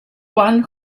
juan